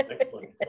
excellent